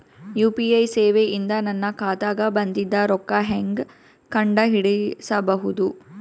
UPI ಸೇವೆ ಇಂದ ನನ್ನ ಖಾತಾಗ ಬಂದಿದ್ದ ರೊಕ್ಕ ಹೆಂಗ್ ಕಂಡ ಹಿಡಿಸಬಹುದು?